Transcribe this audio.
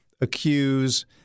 accuse